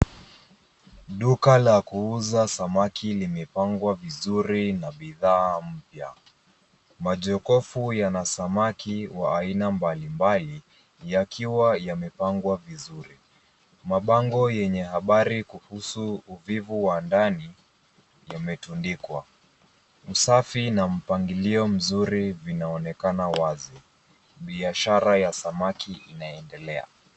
Duka la kuuza samaki limepangwa vizuri na bidhaa mpya. Majokofu yana samaki za aina mbali mbali , yakiwa yamepangwa vizuri. Mabango yenye habari kuhusu uvivu wa ndani yametundikwa. Usafi na mpangilio mzuri , vinaonekana wazi. Biashara ya samaki inaendelea.